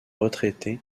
retraité